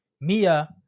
Mia